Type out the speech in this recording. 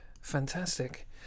fantastic